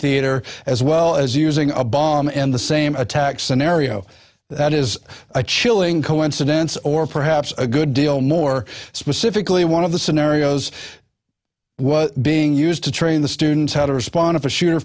theater as well as using a bomb in the same attack scenario that is a chilling coincidence or perhaps a good deal more specifically one of the scenarios being used to train the students how to respond if a shooter